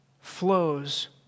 flows